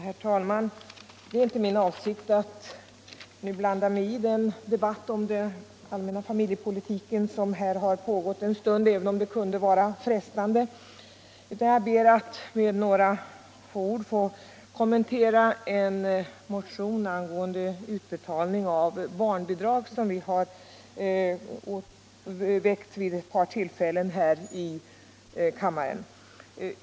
Herr talman! Det är inte min avsikt att nu blanda mig i den debatt om den allmänna familjepolitiken som pågått ganska länge, även om det kunde vara frestande, utan jag ber att med några ord få kommentera en motion angående utbetalning av barnbidrag som väckts vid ett par tillfällen här i kammaren.